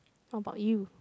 what about you